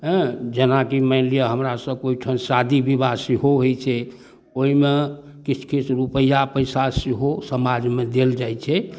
हँ जेनाकि मानि लिऽ हमरा सबके ओइठाम शादी विवाह सेहो होइ छै ओइमे किछु किछु रुपैआ पैसा सेहो समाजमे देल जाइ छै